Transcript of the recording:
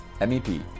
MEP